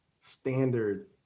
standard